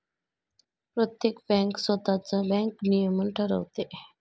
प्रत्येक बँक स्वतःच बँक नियमन ठरवते